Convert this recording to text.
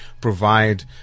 provide